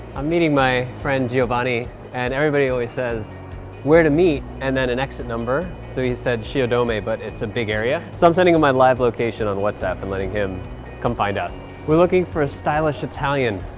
i'm meeting my friend, giovanni and everybody always says where to meet and then an exit number, so he said shiodome but it's a big area, so i'm sending him my live location on whatsapp and letting him come find us. we're looking for a stylish italian.